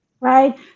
right